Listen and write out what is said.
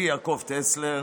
אני יעקב טסלר,